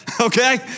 Okay